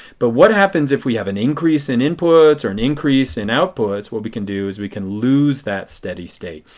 but what happens if we have an increase and inputs or an increase in outputs, what we can do is we can lose that steady state.